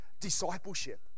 discipleship